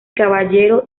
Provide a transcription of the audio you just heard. caballero